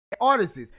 artists